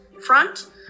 front